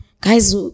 guys